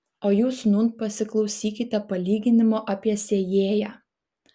o jūs nūn pasiklausykite palyginimo apie sėjėją